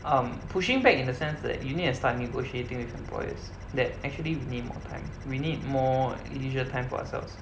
um pushing back in the sense that you need to start negotiating with employers that actually we need more time we need more leisure time for ourselves